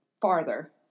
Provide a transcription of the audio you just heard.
Farther